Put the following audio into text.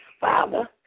father